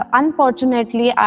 unfortunately